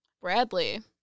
Bradley